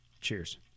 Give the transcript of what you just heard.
Cheers